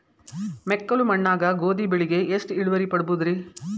ಮೆಕ್ಕಲು ಮಣ್ಣಾಗ ಗೋಧಿ ಬೆಳಿಗೆ ಎಷ್ಟ ಇಳುವರಿ ಪಡಿಬಹುದ್ರಿ?